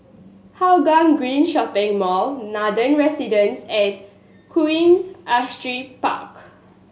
Hougang Green Shopping Mall Nathan Residences and Queen Astrid Park